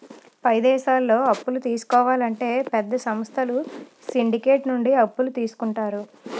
పై దేశాల్లో అప్పులు తీసుకోవాలంటే పెద్ద సంస్థలు సిండికేట్ నుండి అప్పులు తీసుకుంటారు